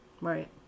Right